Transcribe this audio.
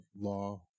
law